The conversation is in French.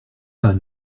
pas